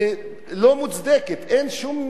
אין שום הצדקה לדבר כזה.